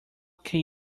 can